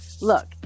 look